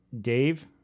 Dave